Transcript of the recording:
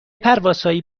پروازهایی